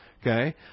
Okay